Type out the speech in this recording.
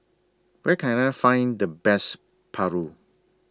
Where Can I Find The Best Paru